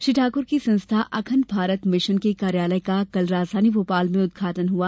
श्री ठाकुर की संस्था अखंड भारत मिशन के कार्यालय का कल राजधानी भोपाल में उद्घाटन हुआ